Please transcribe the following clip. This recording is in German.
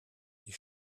die